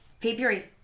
February